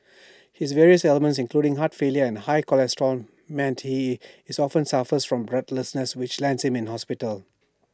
his various ailments including heart failure and high cholesterol meant he is often suffers from breathlessness which lands him in hospital